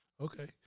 Okay